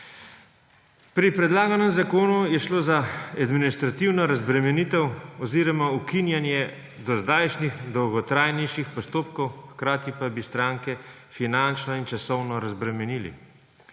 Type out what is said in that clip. Pri predlaganem zakonu je šlo za administrativno razbremenitev oziroma ukinjanje dozdajšnjih dolgotrajnejših postopkov, hkrati pa bi stranke finančno in časovno razbremenili,